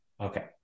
Okay